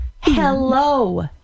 Hello